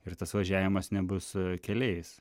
ir tas važiavimas nebus keliais